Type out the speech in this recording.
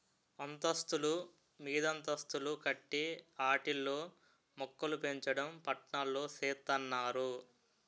అంతస్తులు మీదంతస్తులు కట్టి ఆటిల్లో మోక్కలుపెంచడం పట్నాల్లో సేత్తన్నారు